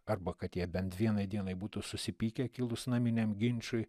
arba kad jie bent vienai dienai būtų susipykę kilus naminiam ginčui